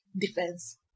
defense